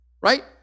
right